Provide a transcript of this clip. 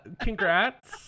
congrats